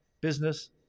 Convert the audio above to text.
business